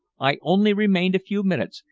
i only remained a few minutes,